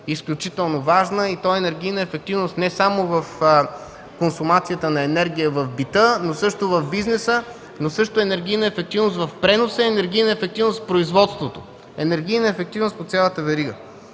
изключително важна и то енергийна ефективност не само в консумацията на енергия в бита, но също в бизнеса, енергийна ефективност в преноса, енергийна ефективност в производството, енергийна ефективност по цялата верига.